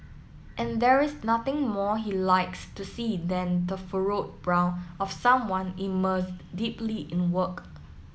and there is nothing more he likes to see than the furrowed brow of someone immersed deeply in work